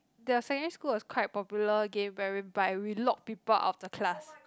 the secondary school was quite popular again but but we lock people after class